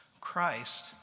Christ